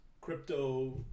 crypto